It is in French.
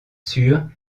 sur